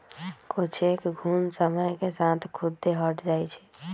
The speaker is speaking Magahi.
कुछेक घुण समय के साथ खुद्दे हट जाई छई